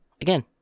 again